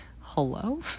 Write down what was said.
Hello